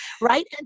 Right